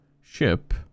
ship